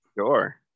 sure